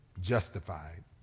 justified